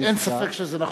אין ספק שזה נכון.